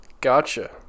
gotcha